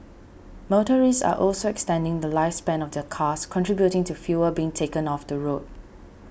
motorists are also extending the lifespan of their cars contributing to fewer being taken off the road